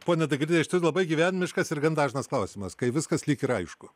ponia dagilyte iš tikro labai gyvenimiškas ir gan dažnas klausimas kai viskas lyg ir aišku